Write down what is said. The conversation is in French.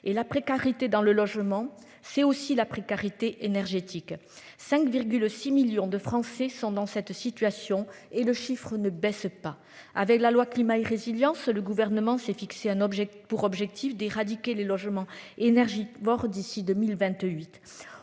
et la précarité dans le logement, c'est aussi la précarité énergétique. 5,6 millions de Français sont dans cette situation et le chiffre ne baisse pas avec la loi climat et résilience, le gouvernement s'est fixé un objet pour objectif d'éradiquer les logements énergivores d'ici 2028.